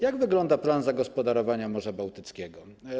Jak wygląda plan zagospodarowania Morza Bałtyckiego?